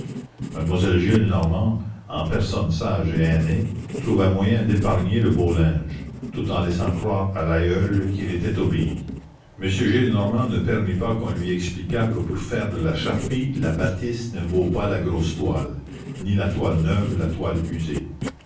mademoiselle gillenormand en personne sage et aînée trouva moyen d'épargner le beau linge tout en laissant croire à l'aïeul qu'il était obéi m gillenormand ne permit pas qu'on lui expliquât que pour faire de la charpie la batiste ne vaut pas la grosse toile ni la toile neuve la toile usée